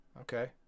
Okay